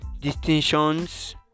distinctions